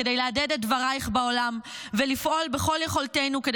כדי להדהד את דברייך בעולם ולפעול בכל יכולתנו כדי